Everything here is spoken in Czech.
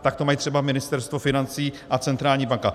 Tak to mají třeba Ministerstvo financí a centrální banka.